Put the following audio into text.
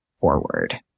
forward